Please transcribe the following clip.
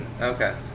Okay